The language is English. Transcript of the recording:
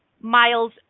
miles